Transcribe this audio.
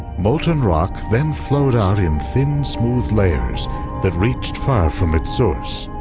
molten rock then flowed out in thin smooth layers that reached far from its source.